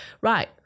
right